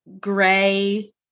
gray